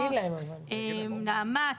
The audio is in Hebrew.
נעמ"ת,